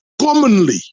commonly